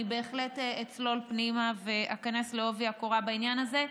אני בהחלט אצלול פנימה ואיכנס בעובי הקורה בעניין הזה,